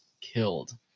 killed